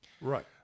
right